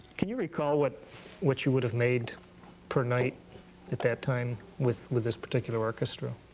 can you recall what what you would have made per night at that time with with this particular orchestra?